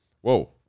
Whoa